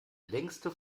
längste